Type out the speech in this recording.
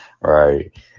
Right